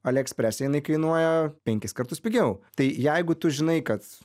alieksprese jinai kainuoja penkis kartus pigiau tai jeigu tu žinai kad